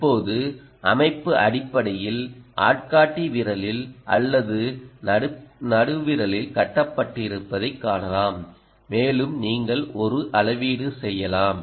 இப்போது அமைப்பு அடிப்படையில் ஆள்காட்டி விரல் அல்லது நடு விரலில் கட்டப்பட்டிருப்பதைக் காணலாம் மேலும் நீங்கள் ஒரு அளவீடு செய்யலாம்